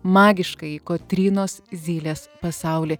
magiškąjį kotrynos zylės pasaulį